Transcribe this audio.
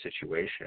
situation